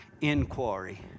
inquiry